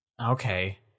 Okay